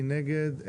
מי נגד?